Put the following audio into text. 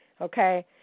okay